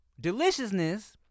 Deliciousness